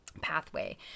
pathway